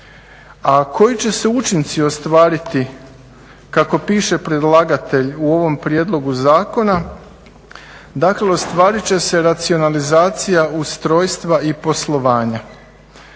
A koji će se učinci ostvariti kako piše predlagatelj u ovom prijedlogu zakona, dakle ostvarit će se racionalizacija ustrojstva i poslovanja,